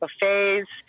buffets